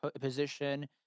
position